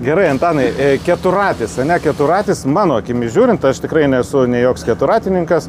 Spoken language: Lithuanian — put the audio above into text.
gerai antanai ė keturratis ane keturratis mano akimis žiūrint aš tikrai nesu nei joks keturratininkas